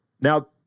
Now